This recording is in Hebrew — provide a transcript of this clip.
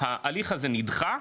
ההליך הזה נדחה,